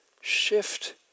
shift